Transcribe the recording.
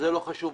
זה לא חשוב.